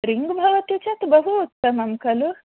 ring भवति चेत् बहु उत्तमं खलु